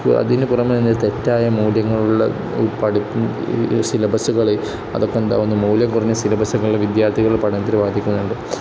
അതിന് പുറമേ തെറ്റായ മൂല്യങ്ങളുള്ള പഠിപ്പും സിലബസുകള് അതൊക്കെ ഉണ്ടാകുന്ന മൂല്യം കുറഞ്ഞ സിലബസുകള് വിദ്യാർത്ഥികളുടെ പഠനത്തെ ബാധിക്കുന്നുണ്ട്